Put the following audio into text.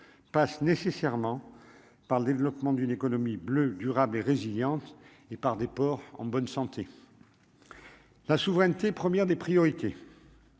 passe nécessairement par le développement d'une économie bleue durable et résilience et par des ports en bonne santé. La souveraineté, première des priorités.